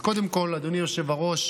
אז קודם כול, אדוני היושב-ראש,